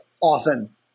often